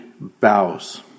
bows